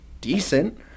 decent